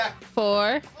four